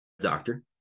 doctor